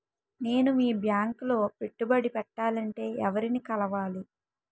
నేను మీ బ్యాంక్ లో పెట్టుబడి పెట్టాలంటే ఎవరిని కలవాలి?